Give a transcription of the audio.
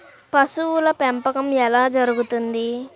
పశువుల పెంపకం ఎలా జరుగుతుంది?